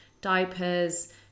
diapers